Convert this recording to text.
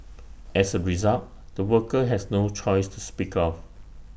as A result the worker has no choice to speak of